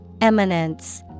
Eminence